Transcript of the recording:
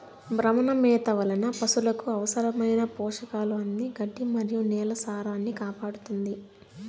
భ్రమణ మేత వలన పసులకు అవసరమైన పోషకాలు అంది గడ్డి మరియు నేల సారాన్నికాపాడుతుంది